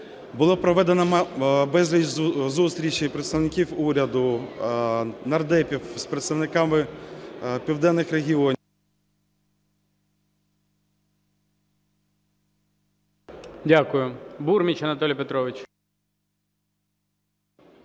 Було проведено безліч зустрічей представників уряду, нардепів з представниками південних регіонів.